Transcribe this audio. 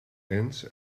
ants